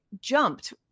jumped